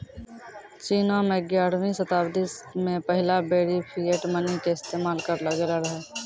चीनो मे ग्यारहवीं शताब्दी मे पहिला बेरी फिएट मनी के इस्तेमाल करलो गेलो रहै